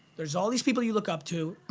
there's all these people you look up to,